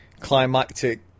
climactic